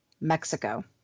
Mexico